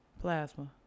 Plasma